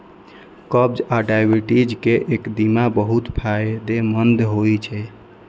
कब्ज आ डायबिटीज मे कदीमा बहुत फायदेमंद होइ छै